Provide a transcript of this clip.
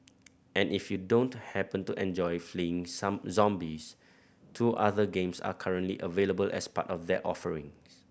and if you don't happen to enjoy fleeing zombies two other games are currently available as part of their offering